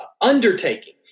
undertaking